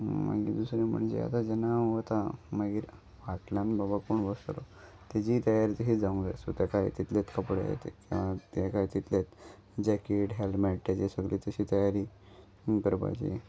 मागीर दुसरें म्हणजे आतां जेन्ना हांव वता मागीर फाटल्यान बाबा कोण बसतलो तेजी तयारी जावंक जाय सो तेका तितलेच कपडे ते किंवा तेकाय तितलेंत जॅकेट हेल्मेट तेजे सगली तशी तयारी करपाची